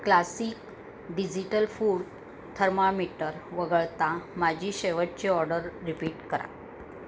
classic digital food thermometer वगळता माझी शेवटची ऑर्डर रिपीट करा